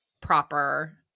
proper